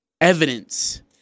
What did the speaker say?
evidence